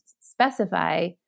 specify